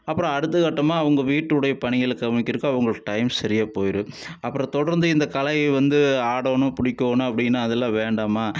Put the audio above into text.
அப்புறம் அடுத்தக்கட்டமாக அங்கே வீட்டுடைய பணிகள் கவனிக்கறதுக்கு அவங்களுடைய டைம் சரியாக போயிடும் அப்புறம் தொடர்ந்து இந்த கலை வந்து ஆடணும் புடிக்கணும் அப்படினா அதெல்லாம் வேண்டாம்மா